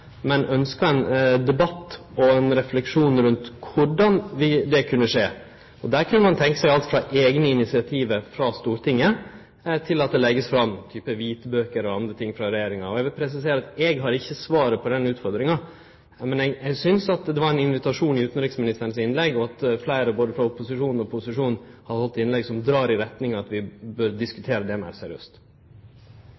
men ønskjer ein debatt og ein refleksjon rundt korleis det kunne skje. Der kunne ein tenkje seg alt frå eigne initiativ frå Stortinget til at det vert lagt fram type kvitbøker og andre ting frå regjeringa. Eg vil presisere at eg har ikkje svaret på denne utfordringa, men eg synest at det var ein invitasjon i utanriksministerens innlegg, og fleire frå både opposisjonen og posisjonen har halde innlegg som dreg i retning av at vi bør